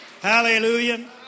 Hallelujah